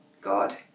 God